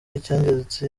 icy’ingenzi